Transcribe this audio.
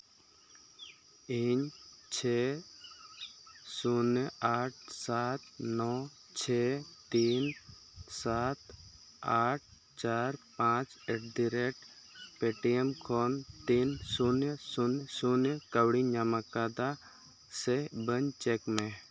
ᱤᱧ ᱪᱷᱮ ᱥᱩᱱᱱᱚ ᱟᱴ ᱥᱟᱛ ᱱᱚ ᱪᱷᱮ ᱛᱤᱱ ᱥᱟᱛ ᱟᱴ ᱪᱟᱨ ᱯᱟᱸᱪ ᱮᱴᱫᱤᱨᱮᱹᱴ ᱯᱮᱴᱤᱭᱮᱢ ᱠᱷᱚᱱ ᱛᱤᱱ ᱥᱩᱱᱱᱚ ᱥᱩᱱᱱᱚ ᱥᱩᱱᱱᱚ ᱠᱟᱹᱣᱰᱤᱧ ᱧᱟᱢᱟᱠᱟᱫᱟ ᱥᱮ ᱵᱟᱹᱧ ᱪᱮᱠ ᱢᱮ